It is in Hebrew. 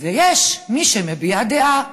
ויש מי שמביעה דעה,